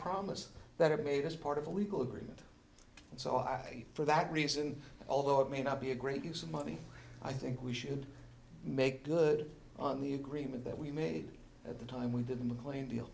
promise that debate is part of a legal agreement so i for that reason although it may not be a great use of money i think we should make good on the agreement that we made at the time we did mclean deal